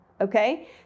okay